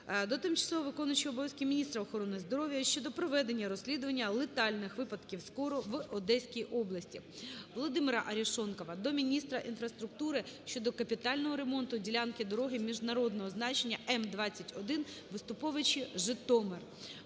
до тимчасово виконуючої обов'язки міністра охорони здоров'я щодо проведення розслідування летальних випадків з кору в Одеській області. ВолодимираАрешонкова до міністра інфраструктури щодо капітального ремонту ділянки дороги міжнародного значення М-21(Виступовичі - Житомир).